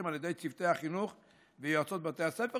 על ידי צוותי החינוך ויועצות בתי הספר.